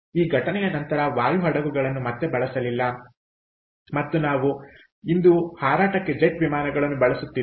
ಈ ಘಟನೆಯ ನಂತರ ವಾಯು ಹಡಗುಗಳನ್ನು ಮತ್ತೆ ಬಳಸಲಿಲ್ಲ ಮತ್ತು ನಾವು ಇಂದು ಹಾರಾಟಕ್ಕೆ ಜೆಟ್ ವಿಮಾನಗಳನ್ನು ಬಳಸುತ್ತಿದ್ದೇವೆ